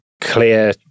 clear